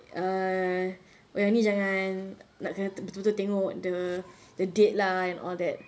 err oh yang ni jangan nak kena betul-betul tengok the the deadline and all that